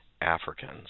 Africans